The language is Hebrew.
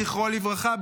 זכרו לברכה,